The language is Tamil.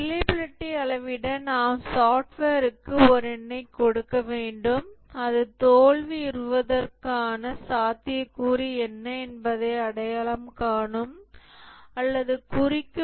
ரிலையபிலிடி அளவிட நாம் சாப்ட்வேருக்கு ஒரு எண்ணைக் கொடுக்க வேண்டும் அது தோல்வியுறுதற்கான சாத்தியக்கூறு என்ன என்பதை அடையாளம் காணும் அல்லது குறிக்கும்